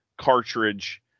cartridge